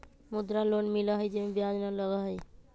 मुद्रा लोन मिलहई जे में ब्याज न लगहई?